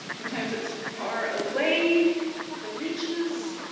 sometimes it's far away the reaches.